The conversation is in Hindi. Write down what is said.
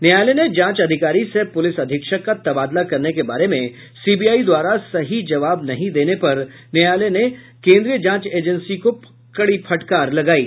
न्यायालय ने जांच अधिकारी सह पुलिस अधीक्षक का तबादला करने के बारे में सीबीआई द्वारा सही जवाब नहीं देने पर न्यायालय ने केन्द्रीय जांच एजेंसी को कड़ी फटकार लगायी